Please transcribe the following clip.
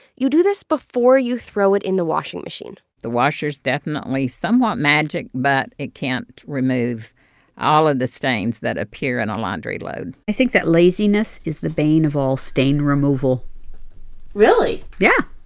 you do this before you throw it in the washing machine the washer's definitely somewhat magic, but it can't remove all of the stains that appear in our laundry load i think that laziness is the bane of all stain removal really? yeah.